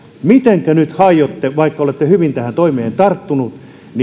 miten te nyt aiotte vaikka olette hyvin tähän toimeen tarttuneet